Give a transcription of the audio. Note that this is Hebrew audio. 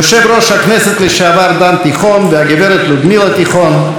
יושב-ראש הכנסת לשעבר דן תיכון והגברת לודמילה תיכון,